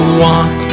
walk